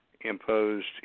imposed